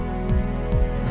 and